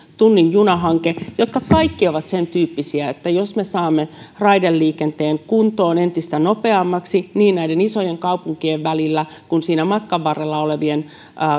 tunnin juna hanke ja kaikki ovat sen tyyppisiä että jos me saamme raideliikenteen kuntoon entistä nopeammaksiniin näiden isojen kaupunkien välillä kuin siinä matkan varrella olevien